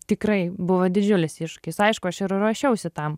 tikrai buvo didžiulis iššūkis aišku aš ir ruošiausi tam